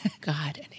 God